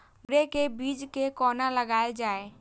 मुरे के बीज कै कोना लगायल जाय?